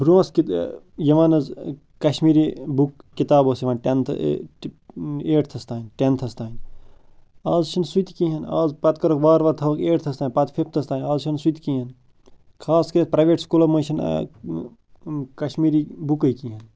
برٛوٚنہہ اوس یِوان حظ کشمیٖری بُک کِتاب ٲس یِوان ٹٮ۪نتھ ایٹتھس تام ٹٮ۪نتھس تام اَز چھُنہٕ سُہ تہِ کِہینۍ نہٕ اَز پتہٕ کٔرٕکھ وار وار تھٲوٕکھ ایٹتھس تام پتہٕ فِفتس تام اَز چھُنہٕ سُہ تہِ کِہیٖنۍ خاص کٔرِتھ پریویٹ سکوٗلو منٛز چھِنہٕ کشمیٖری بُکے کِہینۍ